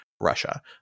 Russia